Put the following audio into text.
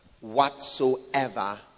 whatsoever